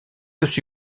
aussi